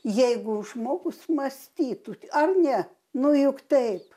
jeigu žmogus mąstytų ar ne nu juk taip